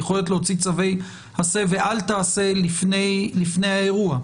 יכולת להוציא צווי עשה ואל תעשה לפני האירוע.